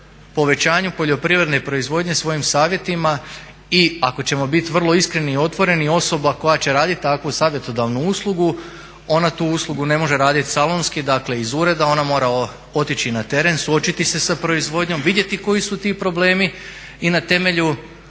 povećanju poljoprivredne proizvodnje svojim savjetima i ako ćemo biti vrlo iskreni i otvoreni osoba koja će raditi takvu savjetodavnu uslugu, ona tu uslugu ne može raditi salonski, dakle iz ureda, ona mora otići na teren, suočiti se sa proizvodnjom, vidjeti koji su ti problemi jer